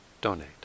donate